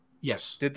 Yes